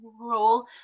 role